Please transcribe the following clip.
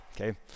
okay